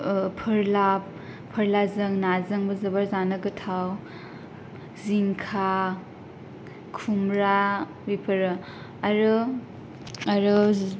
फोरला फोरलाजों नाजोंबो जोबोर जानो गोथाव जिंखा खुमब्रा बेफोरो आरो आरो